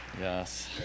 Yes